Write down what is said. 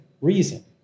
reason